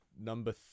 number